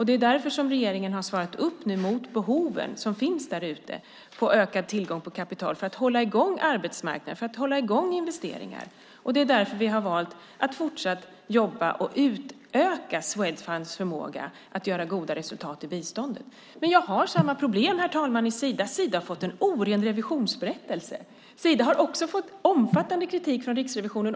Det är därför som regeringen nu har svarat upp mot de behov som finns där ute när det gäller ökad tillgång på kapital för att hålla i gång arbetsmarknaden och för att hålla i gång investeringar. Det är därför vi fortsatt har valt att jobba med och utöka Swedfunds förmåga att göra goda resultat i biståndet. Men jag har samma problem, herr talman, i Sida. Sida har fått en oren revisionsberättelse. Sida har också fått omfattande kritik från Riksrevisionen.